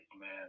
man